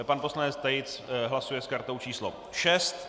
Pan poslanec Tejc hlasuje s kartou číslo 6.